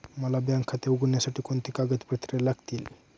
मला बँक खाते उघडण्यासाठी कोणती कागदपत्रे लागतील?